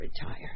retire